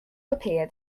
appeared